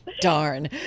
Darn